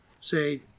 say